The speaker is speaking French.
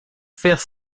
faire